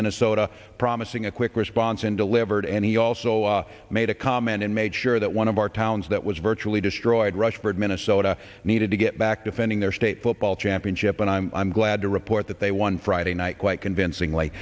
minnesota promising a quick response and delivered and he also made a comment and made sure that one of our towns that was virtually destroyed rushford minnesota needed to get back defending their state football championship and i'm glad to report that they won friday night quite convincingly